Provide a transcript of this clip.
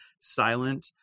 silent